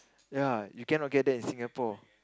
ya you cannot get that in Singapore